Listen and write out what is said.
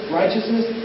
righteousness